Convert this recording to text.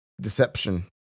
deception